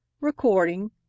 Recording